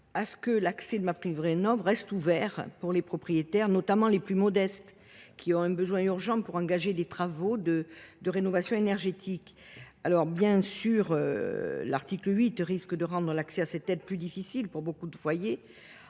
à ce que l’accès à MaPrimeRénov’ reste ouvert aux propriétaires, notamment les plus modestes, qui ont un besoin urgent d’engager des travaux de rénovation énergétique. L’article 8 risque de rendre l’accès à cette aide plus difficile pour beaucoup de foyers,